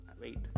wait